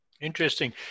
Interesting